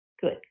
Good